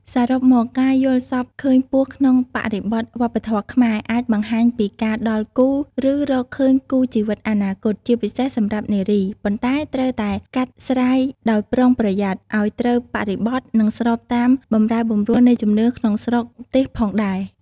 សរុបមក ការយល់សប្តិឃើញពស់ក្នុងបរិបទវប្បធម៌ខ្មែរអាចបង្ហាញពីការដល់គូ ឬរកឃើញគូជីវិតអនាគត (ជាពិសេសសម្រាប់នារី) ប៉ុន្តែត្រូវតែកាត់ស្រាយដោយប្រុងប្រយ័ត្ន ឱ្យត្រូវបរិបទ និងស្របតាមបម្រែបម្រួលនៃជំនឿក្នុងស្រុកទេសផងដែរ។